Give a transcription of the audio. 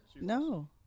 No